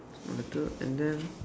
small letter and then